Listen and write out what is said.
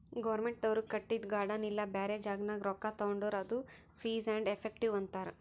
ಗೌರ್ಮೆಂಟ್ದವ್ರು ಕಟ್ಟಿದು ಗಾರ್ಡನ್ ಇಲ್ಲಾ ಬ್ಯಾರೆ ಜಾಗನಾಗ್ ರೊಕ್ಕಾ ತೊಂಡುರ್ ಅದು ಫೀಸ್ ಆ್ಯಂಡ್ ಎಫೆಕ್ಟಿವ್ ಅಂತಾರ್